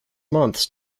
months